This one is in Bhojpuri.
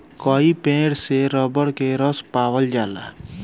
कई पेड़ से रबर के रस पावल जाला